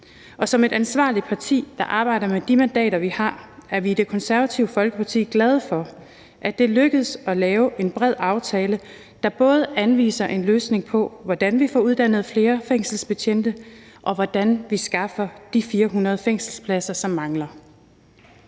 som et ansvarligt parti, der arbejder med de mandater, vi har, er vi i Det Konservative Folkeparti glade for, at det lykkedes at lave en bred aftale, der både anviser en løsning på, hvordan vi får uddannet flere fængselsbetjente, og hvordan vi skaffer de 400 fængselspladser, som mangler.